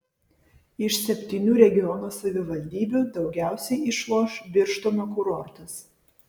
iš septynių regiono savivaldybių daugiausiai išloš birštono kurortas